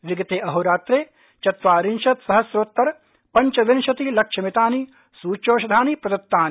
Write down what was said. विगते अहोरात्रे चत्वारिशत् सहस्रोत्तर पंचविंशतिलक्षमितानि सृच्यौषधानि प्रदत्तानि